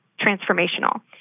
transformational